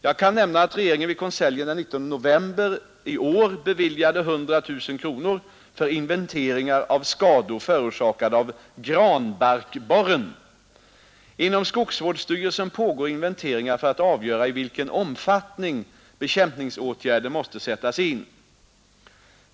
Jag kan nämna att regeringen vid konseljen den 19 november 1971 beviljade 100 000 kronor för inventeringar av skador förorsakade av granbarkborren. Inom skogsvärdsstyrelsen pågår inventeringar för att avgöra i vilken omfattning bekämpningsåtgärder måste sättas in.